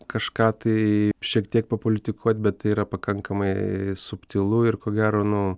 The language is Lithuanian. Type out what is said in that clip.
kažką tai šiek tiek papolitikuot bet tai yra pakankamai subtilu ir ko gero nu